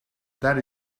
that